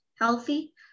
healthy